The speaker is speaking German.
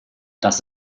das